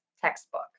textbook